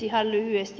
ihan lyhyesti